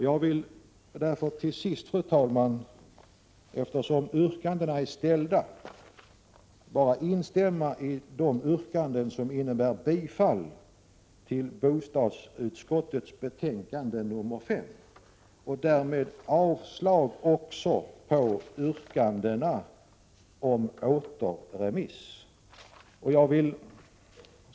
Jag vill till sist, fru talman, eftersom yrkandena är ställda bara instämma i de yrkanden som innebär bifall till bostadsutskottets hemställan i betänkandet nr 5 och avslag på yrkandena om återremiss.